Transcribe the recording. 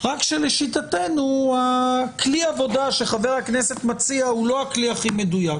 רק שלשיטתנו כלי העבודה שחה"כ מציע הוא לא הכלי הכי מדויק.